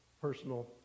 personal